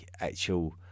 actual